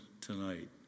tonight